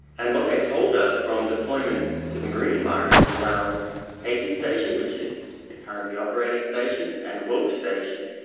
and what they've told us from deployments to the marine environment around casey station, which is the currently operating station, and wilkes station,